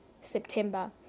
September